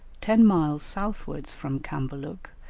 ten miles southwards from cambaluc,